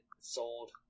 sold